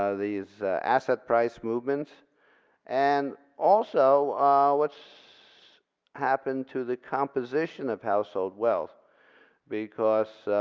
ah these asset price movements and also what happens to the composition of household wealth because